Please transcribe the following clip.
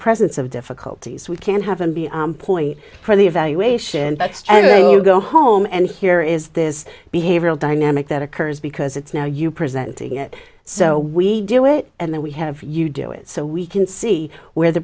presence of difficulties we can have and be a point for the evaluation but everywhere you go home and here is this behavioral dynamic that occurs because it's now you presenting it so we do it and then we have you do it so we can see where the